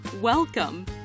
welcome